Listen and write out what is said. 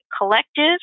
collective